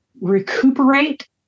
recuperate